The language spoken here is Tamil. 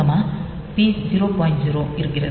0 இருக்கிறது